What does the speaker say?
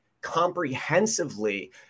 comprehensively